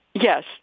Yes